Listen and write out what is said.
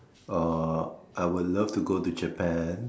uh I would love to go to Japan